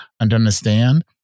understand